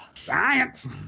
Science